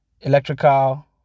electrical